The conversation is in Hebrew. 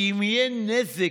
כי אם יהיה נזק,